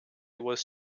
was